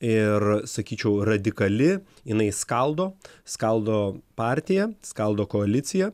ir sakyčiau radikali jinai skaldo skaldo partiją skaldo koaliciją